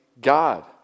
God